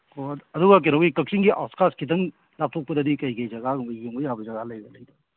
ꯑꯣ ꯑꯗꯨꯒ ꯀꯛꯆꯤꯡꯒꯤ ꯑꯥꯎꯀꯥꯁ ꯈꯤꯇꯪ ꯂꯥꯞꯊꯣꯛꯄꯗꯗꯤ ꯀꯩꯀꯩ ꯖꯒꯥꯒꯨꯝꯕ ꯌꯦꯡꯕ ꯌꯥꯕ ꯖꯒꯥ ꯂꯩꯕ꯭ꯔꯥ